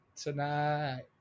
tonight